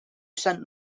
sent